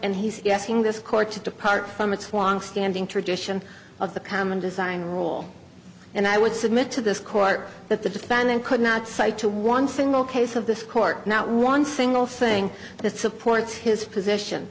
and he's asking this court to depart from its won standing tradition of the common design rule and i would submit to this court that the defendant could not cite to one single case of this court not one single thing that supports his position